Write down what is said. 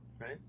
Right